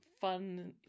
fun